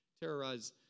terrorize